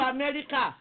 America